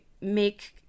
make